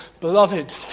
Beloved